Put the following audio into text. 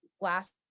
last